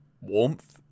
warmth